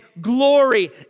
glory